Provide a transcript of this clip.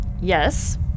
Yes